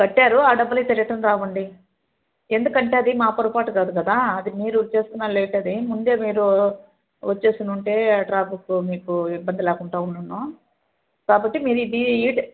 కట్టారు ఆ డబ్బులయితే రిటర్న్ రావండి ఎందుకంటే అది మా పొరపాటు కాదు కదా అది మీరు చేసుకున్న లేట్ అది ముందే మీరు వచ్చేసుండుంటే ఆ ట్రాఫిక్కు మీకు ఇబ్బంది లేకుండా ఉండుండును కాబట్టి మీరు ఇది ఈట్